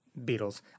Beatles